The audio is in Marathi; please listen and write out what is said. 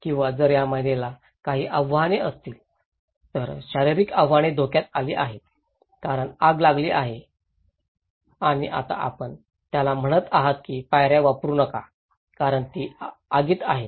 किंवा जर या महिलेला काही आव्हाने असतील तर शारीरिक आव्हाने धोक्यात आली आहेत कारण आग लागलेली आहे आणि आता आपण त्याला म्हणत आहात की पायऱ्या वापरु नका कारण ती आगीत आहे